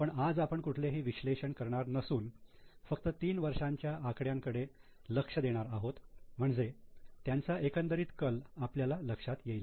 पण आज आपण कुठलेही विश्लेषण करणार नसून फक्त तीन वर्षांच्या आकड्याकडे लक्ष देणार आहोत म्हणजे त्यांचा एकंदरीत कल आपल्या लक्षात येईल